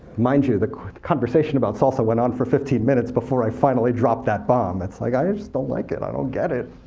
mind you, the conversation about salsa went on for fifteen minutes before i finally dropped that bomb. it's like, i just don't like it, i don't get it.